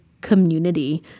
community